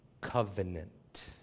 covenant